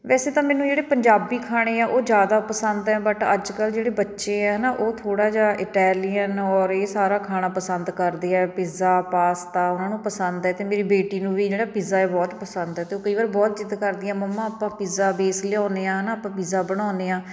ਵੈਸੇ ਤਾਂ ਮੈਨੂੰ ਜਿਹੜੇ ਪੰਜਾਬੀ ਖਾਣੇ ਆ ਉਹ ਜ਼ਿਆਦਾ ਪਸੰਦ ਹੈ ਬਟ ਅੱਜ ਕੱਲ੍ਹ ਜਿਹੜੇ ਬੱਚੇ ਆ ਨਾ ਉਹ ਥੋੜ੍ਹਾ ਜਿਹਾ ਇਟੈਲੀਅਨ ਔਰ ਇਹ ਸਾਰਾ ਖਾਣਾ ਪਸੰਦ ਕਰਦੇ ਆ ਪਿੱਜ਼ਾ ਪਾਸਤਾ ਉਹਨਾਂ ਨੂੰ ਪਸੰਦ ਹੈ ਅਤੇ ਮੇਰੀ ਬੇਟੀ ਨੂੰ ਵੀ ਜਿਹੜਾ ਪਿੱਜ਼ਾ ਹੈ ਬਹੁਤ ਪਸੰਦ ਹੈ ਅਤੇ ਉਹ ਕਈ ਵਾਰ ਬਹੁਤ ਜਿੱਦ ਕਰਦੀ ਆ ਮੰਮਾ ਆਪਾਂ ਪਿੱਜ਼ਾ ਬੇਸ ਲਿਆਉਂਦੇ ਹਾਂ ਹੈ ਨਾ ਆਪਾਂ ਪਿੱਜ਼ਾ ਬਣਾਉਂਦੇ ਹਾਂ